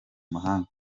mahanga